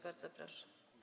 Bardzo proszę.